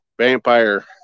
vampire